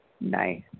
Nice